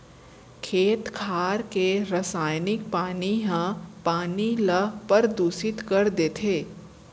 खेत खार के रसइनिक पानी ह पानी ल परदूसित कर देथे